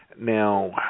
Now